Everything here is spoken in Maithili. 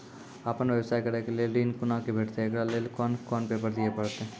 आपन व्यवसाय करै के लेल ऋण कुना के भेंटते एकरा लेल कौन कौन पेपर दिए परतै?